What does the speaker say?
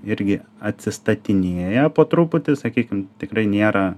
irgi atsistatinėja po truputį sakykim tikrai nėra